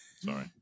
Sorry